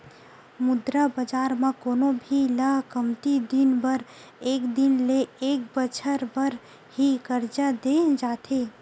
मुद्रा बजार म कोनो भी ल कमती दिन बर एक दिन ले एक बछर बर ही करजा देय जाथे